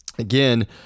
Again